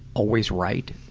always right?